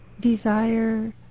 desire